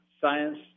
science